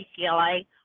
PCLA